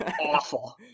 Awful